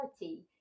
reality